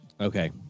okay